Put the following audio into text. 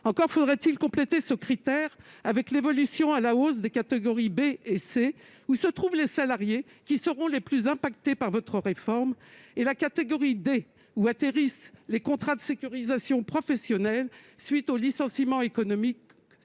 encore faudrait-il compléter ce critère avec l'évolution à la hausse des catégories B et C, où se trouvent les salariés qui seront les plus affectés par votre réforme, et de la catégorie D, où atterrissent les contrats de sécurisation professionnelle à la suite de licenciements économiques,